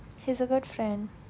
he's a good friend